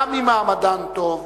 גם אם מעמדן טוב,